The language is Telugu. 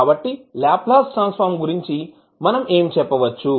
కాబట్టి లాప్లాస్ ట్రాన్సఫర్మ్ గురించి మనం ఏమి చెప్పవచ్చు